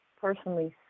personally